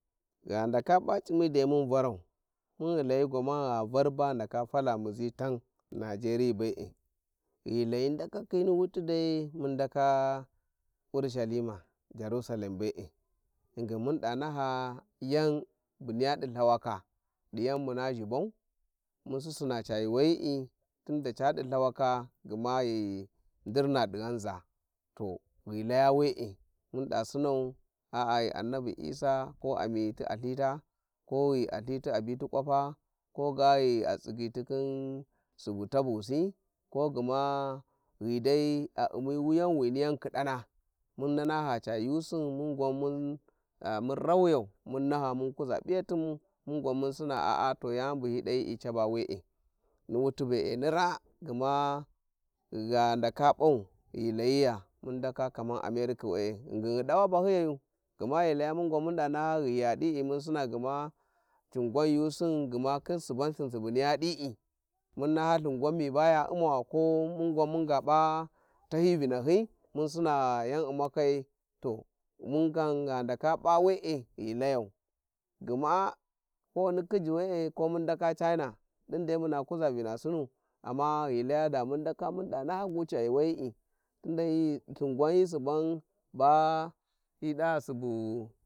﻿Gha ndaka p'a c`imu dai mun varau mun layi gwamana gha var ba ghi ndaka fala muzi tan nigeri be`e ghi gha layi ndakakhi ni wuti dai, mun ndaka urushalima, jerusalem be`e, ghingin mun d'a naha yan buniya di thawaka di yan juuwayi i, tunda cadı Ithawaka gma ghi ndirna dighanza to ghi caya we`e mun da sinau a'a ghi annabi isah ko a miyiti a Ithita, ko ghi a Ithiti abiti kwata, koga ghi a tsigyiti khin subu tavusi ko gma ghi dai a u`mi wuyan wini yan khidana, mun na naha ca yuusin mun gwa mun al mun rawiyau mum naha munkuza p`iyain mun gwa mun sinau a'a to yani bu hi dayi eaba we`e ni wuti be`e, ni ra`a gma gha ndaka p'au ghi layiya, mun ndaka kaman amerika we`e, ghingin ghi d'awa bahyi, yayu, gma ghi ca ya mun gwan mun da naha ghi ya d'il mun sina hma ithm gwan yuusin gma khin subana ithn gwan miba ya u'mawa ko mun gwan munga p'a tahi vinahyi mun sina yan u'makai to mun gwan gha ndaka p'a we're ghi layau gmako mkhiji we're ko mun ndaka china alin dai muna kuza vinasinu amma ghi laya da mum ndaka mun da naha gu ca yuuwayi'i tunda hi, Ithin gwan hi suban ba hi da subu.